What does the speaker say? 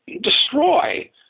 destroy